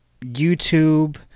YouTube